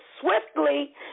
swiftly